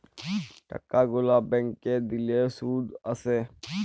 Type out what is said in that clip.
টাকা গুলা ব্যাংকে দিলে শুধ আসে